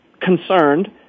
concerned